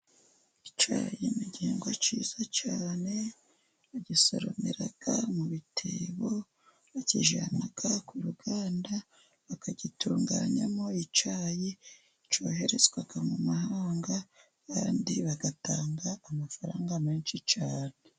Icyayi ni igihingwa cyiza cyane bagisoromera mu bitebo, bakijyana ku ruganda bakagitunganyamo icyayi cyoherezwa mu mahanga, kandi bagatanga amafaranga menshi cyane.